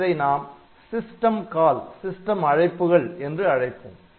இவற்றை நாம் system call System call system அழைப்புகள் என்று அழைப்போம்